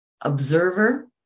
observer